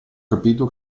capito